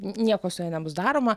nieko su ja nebus daroma